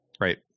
right